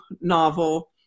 novel